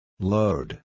Load